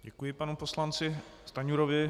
Děkuji panu poslanci Stanjurovi.